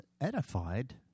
edified